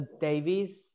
Davies